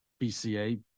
bca